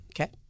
Okay